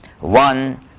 one